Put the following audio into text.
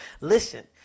listen